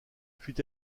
fut